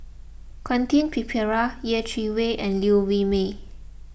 Quentin Pereira Yeh Chi Wei and Liew Wee Mee